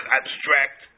abstract